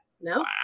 No